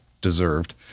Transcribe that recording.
deserved